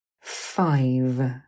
five